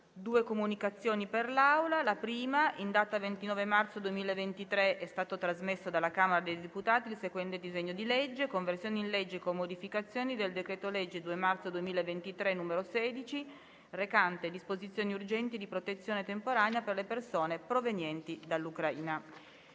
Comunico che, in data 29 marzo 2023, è stato trasmesso dalla Camera dei deputati il seguente disegno di legge: «Conversione in legge, con modificazioni, del decreto-legge 2 marzo 2023, n.16, recante disposizioni urgenti di protezione temporanea per le persone provenienti dall'Ucraina»